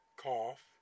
cough